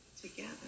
together